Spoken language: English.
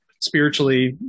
spiritually